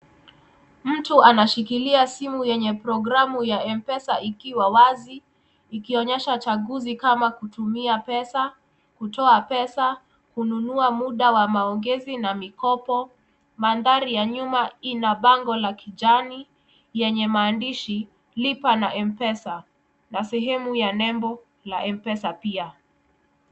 Mtu anashikilia simu yenye programu ya M-Pesa ikiwa wazi ikionyesha chaguzi kama kutumia pesa, kutoa pesa kununua muda wa maongezi na mikopo. Mandhari ya nyuma ina bango la kijani lenye maandishi lipa na M-Pesa na sehemu ya nembo la M-Pesa pia.